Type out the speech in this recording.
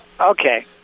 Okay